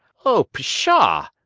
o pshaw!